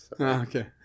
Okay